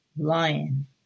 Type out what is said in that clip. lion